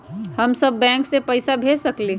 हम सब बैंक में पैसा भेज सकली ह?